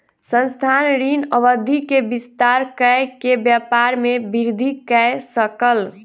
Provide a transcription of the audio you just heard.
संस्थान, ऋण अवधि के विस्तार कय के व्यापार में वृद्धि कय सकल